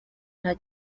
nta